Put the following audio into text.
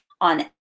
on